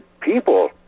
people